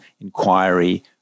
inquiry